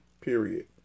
period